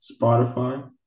Spotify